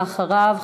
ואחריו,